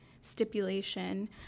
stipulation